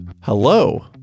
hello